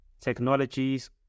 technologies